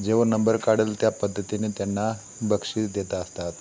जेव्हा नंबर काढेल त्या पद्धतीने त्यांना बक्षीस देत असतात